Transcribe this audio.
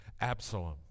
Absalom